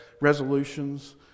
resolutions